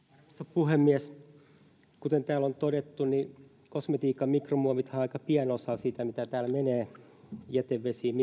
puhemies kuten täällä on todettu niin kosmetiikan mikromuovithan ovat aika pieni osa siitä mitä täällä menee mikromuoveja jätevesiin